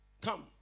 come